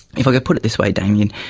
if i could put it this way damien,